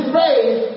faith